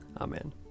amen